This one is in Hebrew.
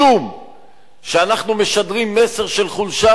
משום שאנחנו משדרים מסר של חולשה,